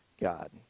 God